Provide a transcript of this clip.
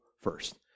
first